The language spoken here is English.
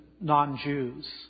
non-Jews